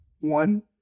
One